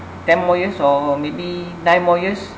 ten more years or maybe nine more years